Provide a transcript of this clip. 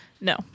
No